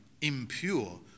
impure